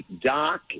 doc